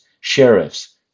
sheriffs